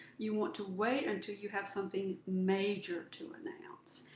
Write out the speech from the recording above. you want to wait until you have something major to announce.